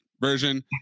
version